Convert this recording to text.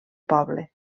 poble